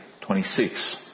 26